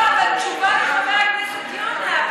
לא, אבל תשובה לחבר הכנסת יונה.